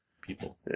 people